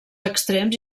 extrems